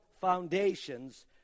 foundations